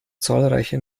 zahlreiche